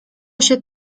się